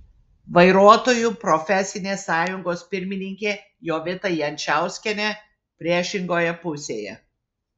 vairuotojų profesinė sąjungos pirmininkė jovita jančauskienė priešingoje pusėje